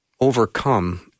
overcome